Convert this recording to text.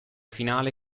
finale